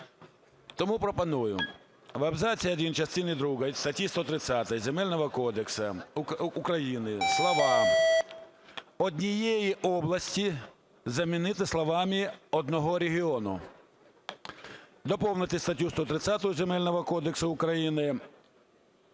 Тому пропоную: "В абзаці 1 частини 2 статті 130 Земельного кодексу України слова "однієї області" замінити словами "одного регіону". Доповнити статтю 130 Земельного кодексу України